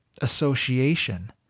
association